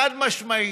חד-משמעית.